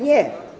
Nie.